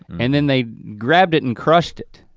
and then they grabbed it and crushed it.